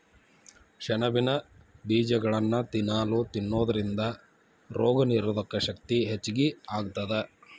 ಸೆಣಬಿನ ಬೇಜಗಳನ್ನ ದಿನಾಲೂ ತಿನ್ನೋದರಿಂದ ರೋಗನಿರೋಧಕ ಶಕ್ತಿ ಹೆಚ್ಚಗಿ ಆಗತ್ತದ